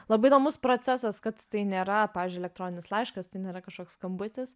labai įdomus procesas kad tai nėra pavyzdžiui elektroninis laiškas tai nėra kažkoks skambutis